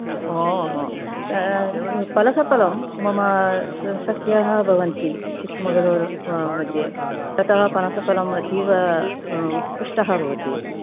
पनसफलं मम सख्यः भवन्ति चिकमङ्गलुरूमध्ये ततः पनसफलम् अतीव उत्कृष्टः भवति